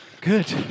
Good